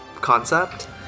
concept